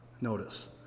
Notice